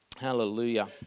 Hallelujah